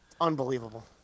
unbelievable